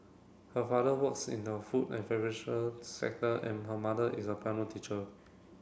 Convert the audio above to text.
her father works in the food and sector and her mother is a piano teacher